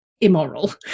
immoral